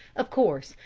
of course,